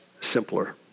simpler